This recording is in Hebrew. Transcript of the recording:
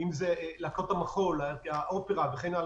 להקות המחול, האופרה וכן הלאה